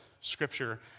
scripture